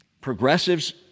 Progressives